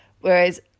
Whereas